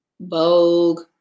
Vogue